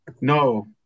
No